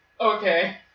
Okay